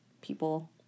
people